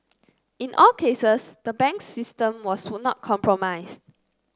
in all cases the banks system was not compromised